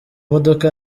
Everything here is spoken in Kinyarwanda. modoka